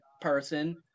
person